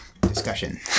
discussion